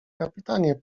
kapitanie